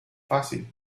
fácil